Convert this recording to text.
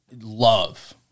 love